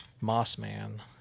Mossman